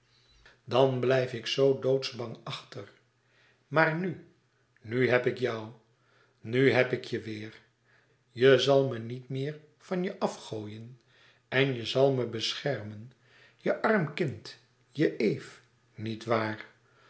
dan blijf ik zoo doodsbang achter maar nu nu heb ik jou nu heb ik je weêr je zal me niet meer van je af gooien en je zal me beschermen je arm kind je eve